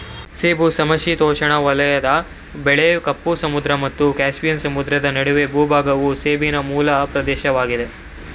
ಸೇಬು ಸಮಶೀತೋಷ್ಣ ವಲಯದ ಬೆಳೆ ಕಪ್ಪು ಸಮುದ್ರ ಮತ್ತು ಕ್ಯಾಸ್ಪಿಯನ್ ಸಮುದ್ರ ನಡುವಿನ ಭೂಭಾಗವು ಸೇಬಿನ ಮೂಲ ಪ್ರದೇಶವಾಗಿದೆ